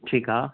ठीकु आहे